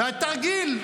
והתרגיל,